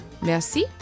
merci